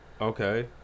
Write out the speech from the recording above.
Okay